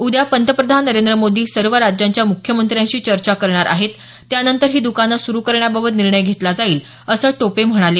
उद्या पंतप्रधान नरेंद्र मोदी सर्व राज्यांच्या मुख्यमंत्र्यांशी चर्चा करणार आहेत त्यानंतर ही द्रकानं सुरू करण्याबाबत निर्णय घेतला जाईल असं टोपे म्हणाले